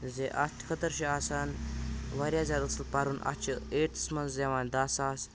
زِ اَتھ خٲطرٕ چھِ آسان واریاہ زیادٕ اَصٕل پَرُن اَتھ چھِ ایٹتھَس منٛز اِوان دَہ ساس